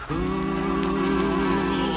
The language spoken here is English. Cool